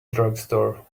drugstore